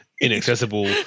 inaccessible